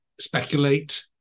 speculate